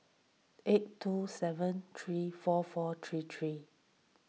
eight two seven three four four three three